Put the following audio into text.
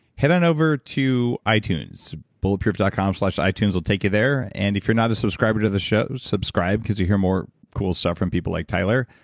head on over to ah itunes bulletproof dot com slash itunes will take you there, and if you're not a subscriber to the show subscribe, because you hear more cool stuff from people like tyler,